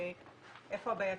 איפה הבעייתיות?